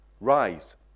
Rise